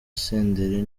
senderi